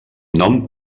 nom